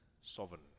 sovereign